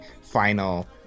final